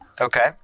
Okay